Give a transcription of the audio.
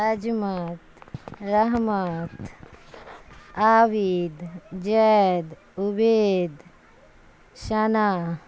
Azmat Rahmat Abid Zaid Ubaid Sana